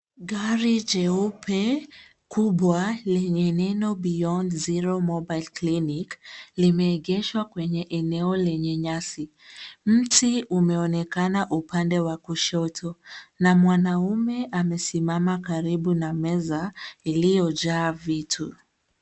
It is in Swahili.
Gari jeupe kubwa lenye neno Beyond Zero Mobile Clinic limeegeshwa kwenye eneo lenye nyasi. Mti umeonekana upande wa kushoto na mwanaume amesimama karibu na meza iliyojaa vitu.